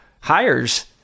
hires